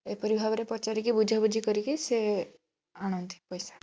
ଏପରି ଭାବରେ ପଚାରିକି ବୁଝାବୁଝି କରିକି ସେ ଆଣନ୍ତି ପଇସା